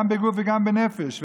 ונפגעים גם בגוף וגם בנפש.